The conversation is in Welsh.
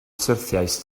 syrthiaist